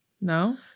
no